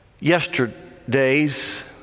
yesterdays